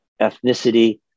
ethnicity